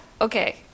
Okay